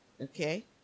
Okay